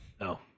No